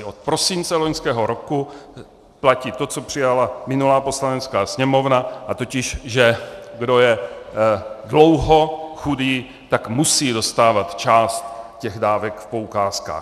Od prosince loňského roku platí to, co přijala minulá Poslanecká sněmovna, totiž že kdo je dlouho chudý, tak musí dostávat část těch dávek v poukázkách.